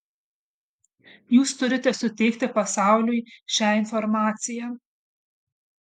jūs turite suteikti pasauliui šią informaciją